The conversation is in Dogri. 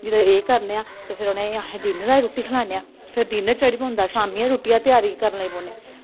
जिल्लै एह् करने आं ते फिर उनेंगी अस डिनर आह्ली रुट्टी खलान्ने आं फिर डिनर चढ़ी पौंदा शाम्मीं दी रुट्टियै दी त्यारी करन लग्गन पौन्ने